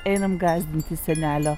einam gąsdinti senelio